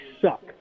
suck